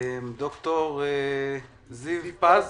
ד"ר זיו פז,